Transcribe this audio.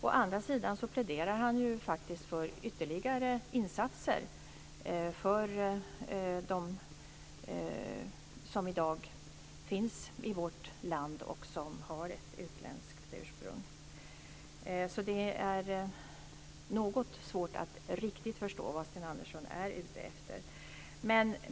Å andra sidan pläderar han faktiskt för ytterligare insatser för de som i dag finns i vårt land och som har ett utländskt ursprung. Det är något svårt att riktigt förstå vad Sten Andersson är ute efter.